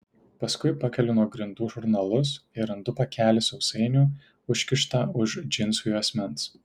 paskui pakeliu nuo grindų žurnalus ir randu pakelį sausainių užkištą už džinsų juosmens